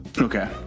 Okay